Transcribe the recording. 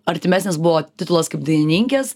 artimesnis buvo titulas kaip dainininkės